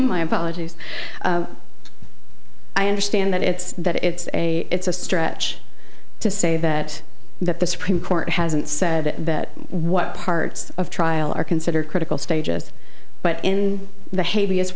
my apologies i understand that it's that it's a it's a stretch to say that that the supreme court hasn't said that what parts of trial are considered critical stages but in the h